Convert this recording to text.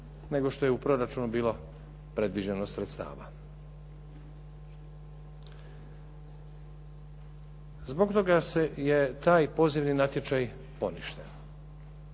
nego što je u proračunu bilo predviđeno sredstava. Zbog toga se je taj pozivni natječaj poništen.